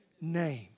Name